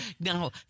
Now